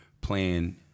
playing